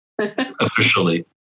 officially